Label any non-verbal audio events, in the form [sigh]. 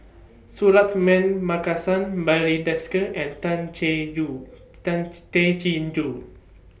[noise] Suratman Markasan Barry Desker and Tan Chin Joo [unintelligible] Tay Chin Joo